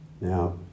Now